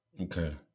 okay